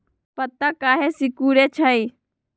पत्ता काहे सिकुड़े छई?